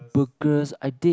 burgers I dig